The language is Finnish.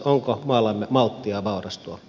onko maallamme malttia vaurastua